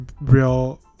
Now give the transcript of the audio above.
real